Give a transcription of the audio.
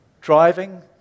driving